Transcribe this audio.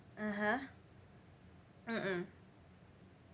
(uh huh) mm mm